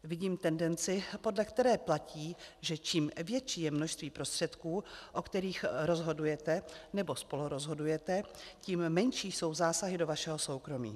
Vidím tendenci, podle které platí, že čím větší je množství prostředků, o kterých rozhodujete nebo spolurozhodujete, tím menší jsou zásahy do vašeho soukromí.